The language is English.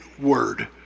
word